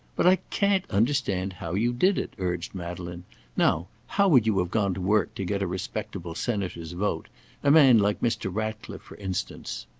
but i can't understand how you did it, urged madeleine now, how would you have gone to work to get a respectable senator's vote a man like mr. ratcliffe, for instance?